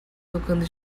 tocando